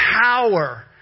power